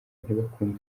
ntibakunda